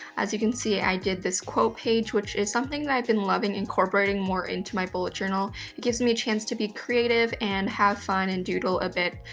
as you can see i did this quote page, which is something i've been loving incorporating more into my bullet journal. it gives me a chance to be creative and have fun and doodle a bit.